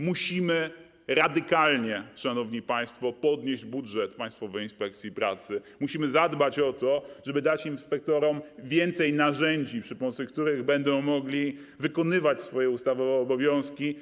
Musimy radykalnie, szanowni państwo, zwiększyć budżet Państwowej Inspekcji Pracy, musimy zadbać o to, żeby dać inspektorom więcej narzędzi, za pomocą których będą mogli wykonywać swoje ustawowe obowiązki.